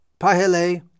Pahele